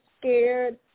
scared